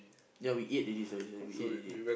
ya we ate already sorry sorry we ate already